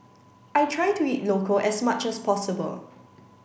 I try to eat local as much as possible